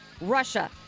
Russia